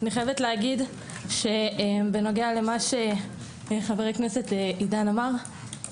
אני חייבת להגיד בנוגע למה שחבר הכנסת עידן רול אמר,